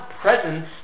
presence